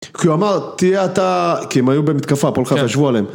כי הוא אמר, תהיה אתה, כי הם היו במתקפה, הפועל חיפה ישבו עליהם.